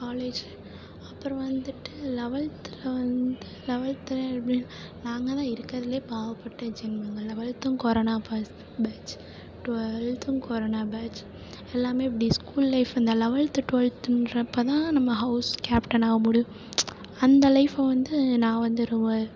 college அப்புறம் வந்துட்டு லெவல்த்தில் வந்து லெவல்த்தில் எப்படின்னா நாங்கள் தான் இருக்கறதில் பாவப்பட்ட ஜென்மங்கள் லெவல்த்தும் கொரோனா பாஸ் பேட்சி டுவெல்த்தும் கொரோனா பேட்ச் எல்லாமே இப்படி ஸ்கூல் லைஃப் அந்த லெவல்த்து டுவெல்த்துன்றப்போ தான் நம்ம ஹௌஸ் கேப்டனாக ஆக முடியும் அந்த லைஃபை வந்து நான் வந்து ரொம்ப